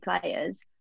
players